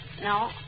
No